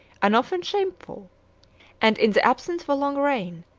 and often shameful and, in the absence of a long reign,